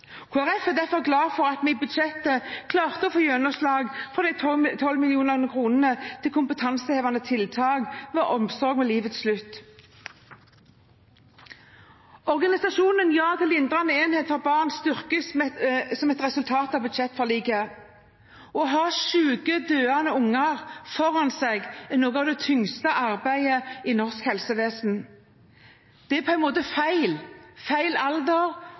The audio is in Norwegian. er derfor glad for at vi i budsjettet klarte å få gjennomslag for 12 mill. kr til kompetansehevende tiltak om omsorg ved livets slutt. Organisasjonen Ja til lindrende enhet og omsorg for barn styrkes som et resultat av budsjettforliket. Å ha syke, døende barn foran seg er noe av det tyngste i norsk helsevesen. Det er på en måte feil – alderen er feil,